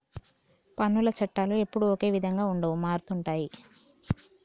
పన్నుల చట్టాలు ఎప్పుడూ ఒకే విధంగా ఉండవు మారుతుంటాయి